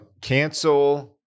Cancel